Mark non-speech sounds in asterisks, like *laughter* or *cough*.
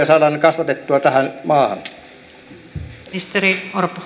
*unintelligible* saadaan kasvatettua tähän maahan